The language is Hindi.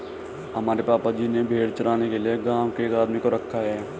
हमारे पापा जी ने भेड़ चराने के लिए गांव के एक आदमी को रखा है